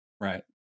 Right